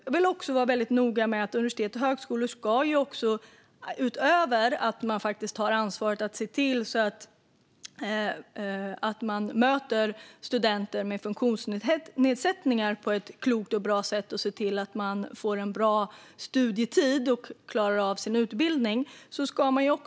Jag vill också vara noga med att universitet och högskolor aktivt ska främja och bredda rekryteringen till högskolan - det ska de göra utöver att de ska se till att de möter studenter med funktionsnedsättningar på ett klokt och bra sätt och att dessa studenter får en bra studietid och klarar av sin utbildning.